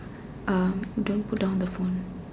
um don't put down the phone